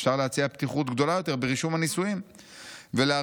אפשר להציע פתיחות גדולה יותר ברישום הנישואים ולהרחיב